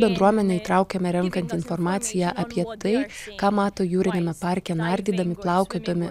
bendruomenę įtraukiame renkant informaciją apie tai ką mato jūriniame parke nardydami plaukiodami